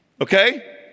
okay